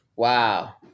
Wow